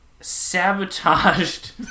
sabotaged